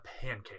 pancake